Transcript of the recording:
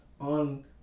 On